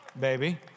baby